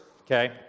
okay